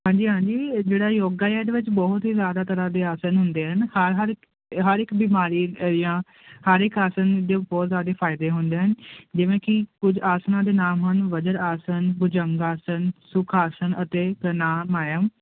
ਹਾਂਜੀ ਹਾਂਜੀ ਇਹ ਜਿਹੜਾ ਯੋਗਾ ਇਹਦੇ ਵਿੱਚ ਬਹੁਤ ਹੀ ਜ਼ਿਆਦਾ ਤਰ੍ਹਾਂ ਦੇ ਆਸਣ ਹੁੰਦੇ ਹਰ ਹਰ ਹਰ ਇੱਕ ਬਿਮਾਰੀ ਜਾਂ ਹਰ ਇੱਕ ਆਸਣ ਦੇ ਬਹੁਤ ਜ਼ਿਆਦਾ ਫ਼ਾਇਦੇ ਹੁੰਦੇ ਹਨ ਜਿਵੇਂ ਕਿ ਕੁਝ ਆਸਣਾਂ ਦੇ ਨਾਮ ਹਨ ਵਜਰ ਆਸਣ ਭੁਜੰਗ ਆਸਣ ਸੁਖ ਆਸਣ ਅਤੇ ਪ੍ਰਾਣਾਯਾਮ